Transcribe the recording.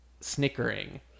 snickering